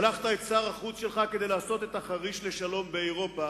שלחת את שר החוץ שלך כדי לעשות את החריש לשלום באירופה,